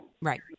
Right